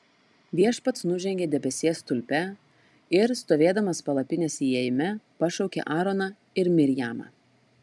viešpats nužengė debesies stulpe ir stovėdamas palapinės įėjime pašaukė aaroną ir mirjamą